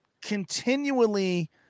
continually